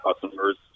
customers